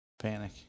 Panic